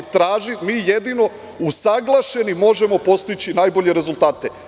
Mi jedino usaglašeni možemo postići najbolje rezultate.